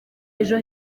ejo